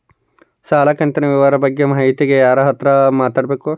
ಸಾಲ ಕಂತಿನ ವಿವರ ಬಗ್ಗೆ ಮಾಹಿತಿಗೆ ಯಾರ ಹತ್ರ ಮಾತಾಡಬೇಕು?